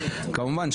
כמובן,